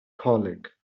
colic